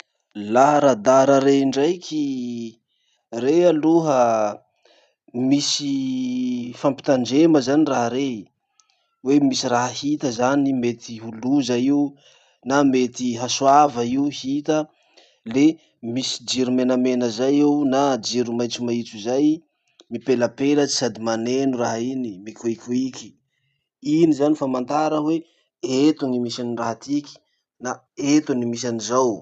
Laha radara rey ndraiky, rey aloha misy fampitandrema zany raha rey. Hoe misy raha hita zany mety ho loza io, na mety hasoava io hita, le misy jiro menamena zay eo na jiro maitsomaitso zay, mipelapelatsy sady maneno raha iny, mikoikoiky. Iny zany famantara hoe eto gny misy any raha tiky na eto ny misy anizao.